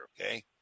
okay